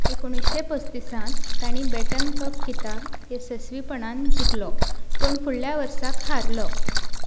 एकुणशें पचतीसांत तांणी बेटन कप किताब येसस्वीपणान जिखलो पूण फुडल्या वर्साक हारलो